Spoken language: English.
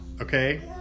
Okay